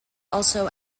also